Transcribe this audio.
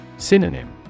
Synonym